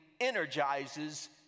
energizes